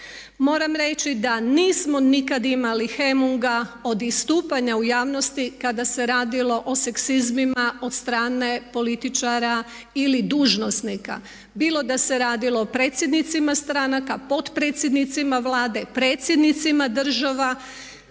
Moram reći da nismo nikad imali hemunga od istupanja u javnosti kada se radilo o seksizmima od strane političara ili dužnosnika bilo da se radilo o predsjednicima stranka, potpredsjednicima Vlade, predsjednicima država,